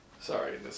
Sorry